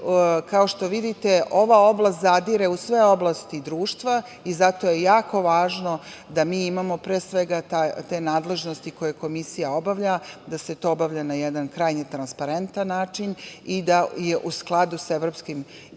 što vidite, ova oblast zadire u sve oblasti društva i zato je jako važno da mi imamo, pre svega, te nadležnosti koje Komisija obavlja, da se to obavlja na jedan krajnje transparentan način i da je u skladu sa evropskim integracijama,